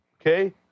okay